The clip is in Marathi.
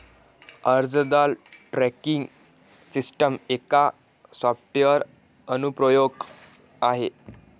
अर्जदार ट्रॅकिंग सिस्टम एक सॉफ्टवेअर अनुप्रयोग आहे